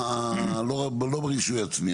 לא ברישוי העצמי,